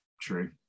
true